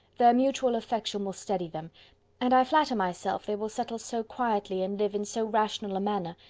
their mutual affection will steady them and i flatter myself they will settle so quietly, and live in so rational a manner,